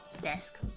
desk